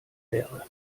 wäre